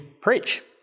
preach